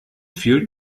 viel